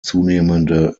zunehmende